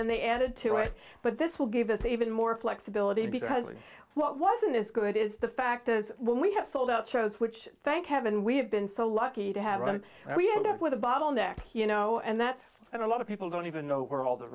then they added to it but this will give us even more flexibility because what wasn't as good is the fact is when we have sold out shows which thank heaven we have been so lucky to have one and we end up with a bottleneck you know and that's a lot of people don't even know where all the